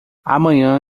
amanhã